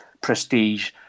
prestige